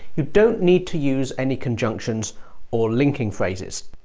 you don't need to use any conjunctions or linking phrases.